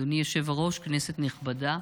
אדוני היושב-ראש, כנסת נכבדה,